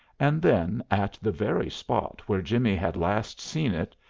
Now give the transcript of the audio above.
and then, at the very spot where jimmie had last seen it,